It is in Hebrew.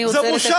זו בושה וחרפה.